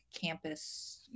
campus